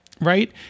Right